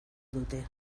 dute